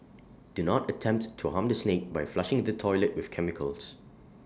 do not attempt to harm the snake by flushing the toilet with chemicals